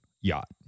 yacht